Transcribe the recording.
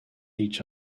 each